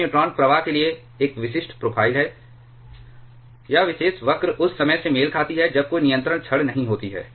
यह न्यूट्रॉन प्रवाह के लिए एक विशिष्ट प्रोफ़ाइल है यह विशेष वक्र उस समय से मेल खाती है जब कोई नियंत्रण छड़ नहीं होती है